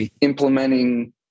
implementing